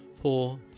Poor